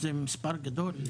וזה מספר גדול,